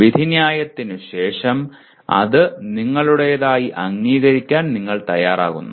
വിധിന്യായത്തിനുശേഷം അത് നിങ്ങളുടേതായി അംഗീകരിക്കാൻ നിങ്ങൾ തയ്യാറാകുന്നു